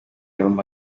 yombi